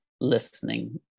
listening